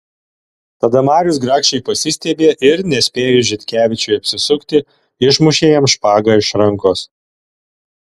tada marius grakščiai pasistiebė ir nespėjus žitkevičiui apsisukti išmušė jam špagą iš rankos